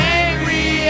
angry